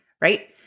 right